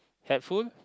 helpful